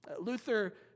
Luther